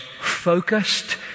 focused